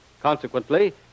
Consequently